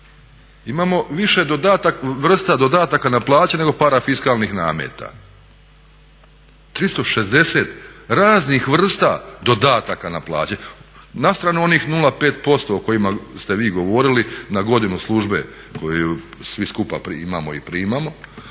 Imamo više vrsta dodataka na plaće nego parafiskalnih nameta. 360 raznih vrsta dodataka na plaće. Na stranu onih 0,5% o kojima ste vi govorili na godinu službe koju svi skupa imamo i primamo